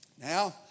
Now